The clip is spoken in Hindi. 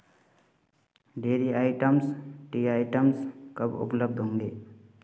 डेरी आइटम्स टी आइटम्स कब उपलब्ध होंगे